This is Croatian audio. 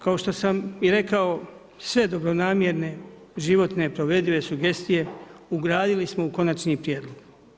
Kao što sam i rekao, sve dobronamjerne životne provedive sugestije, ugradili smo u konačni prijedlog.